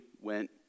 went